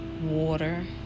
water